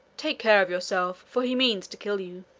take care of yourself, for he means to kill you.